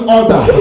order